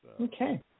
Okay